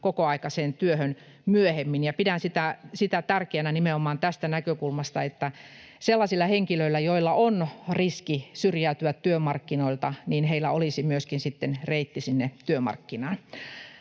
kokoaikaiseen työhön myöhemmin. Pidän sitä tärkeänä nimenomaan tästä näkökulmasta, että sellaisilla henkilöillä, joilla on riski syrjäytyä työmarkkinoilta, olisi myöskin sitten reitti sinne työmarkkinaan.